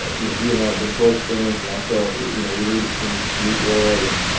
you know he and i had been close friends and i thought you know we needed some new blood and